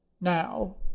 Now